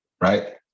right